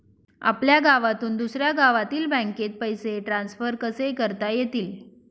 आपल्या गावातून दुसऱ्या गावातील बँकेत पैसे ट्रान्सफर कसे करता येतील?